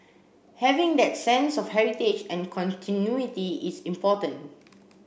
having that sense of heritage and continuity is important